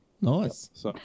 Nice